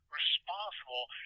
responsible